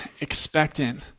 expectant